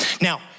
Now